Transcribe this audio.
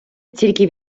тільки